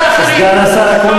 "ערפאת",